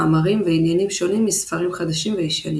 מאמרים ועניינים שונים מספרים חדשים וישנים